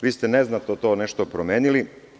Vi ste neznatno to nešto promenili.